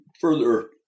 further